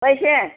पैसे